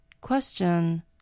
Question